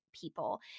people